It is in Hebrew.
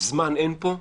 זמן אין פה.